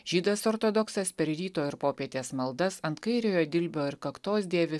žydas ortodoksas per ryto ir popietės maldas ant kairiojo dilbio ir kaktos dėvi